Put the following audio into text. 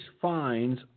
fines